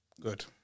Good